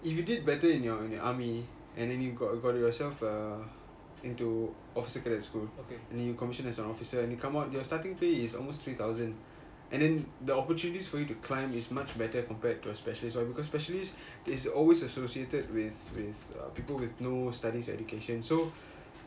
if you did better in your in your army and then you got you got yourself uh into officer cadet school then you commissioned as an officer and when you come out your starting pay is almost three thousand and then the opportunities for you to climb is much better compared to a specialist because specialist is always associated with with uh people with no studies education